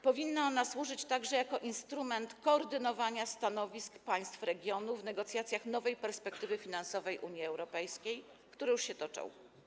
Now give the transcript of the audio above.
Powinna ona służyć także jako instrument koordynowania stanowisk państw regionu w negocjacjach nowej perspektywy finansowej Unii Europejskiej, które już się toczą.